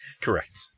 Correct